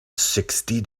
sixty